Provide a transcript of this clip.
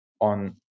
on